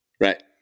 right